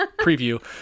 preview